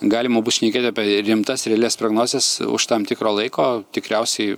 galima bus šnekėt apie rimtas realias prognozes už tam tikro laiko tikriausiai